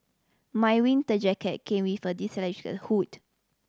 my winter jacket came with a hood